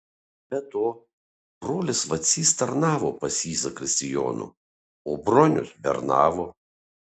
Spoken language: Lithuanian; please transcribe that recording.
be to brolis vacys tarnavo pas jį zakristijonu o bronius bernavo